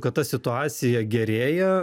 kad ta situacija gerėja